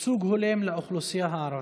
ייצוג הולם לאוכלוסייה הערבית,